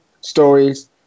stories